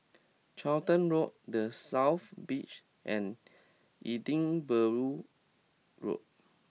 Charlton Road The South Beach and Edinburgh Road